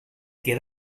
que